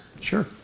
Sure